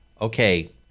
Okay